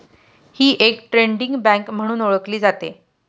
ही एक trading bank म्हणून ओळखली जाते